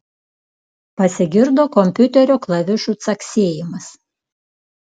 pasigirdo kompiuterio klavišų caksėjimas